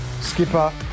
skipper